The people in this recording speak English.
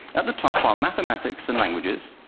at the top are mathematics and languages,